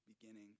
beginning